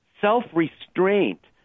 self-restraint